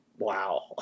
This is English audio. Wow